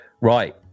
Right